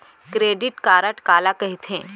Credit card काला कहिथे?